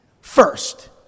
first